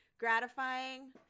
gratifying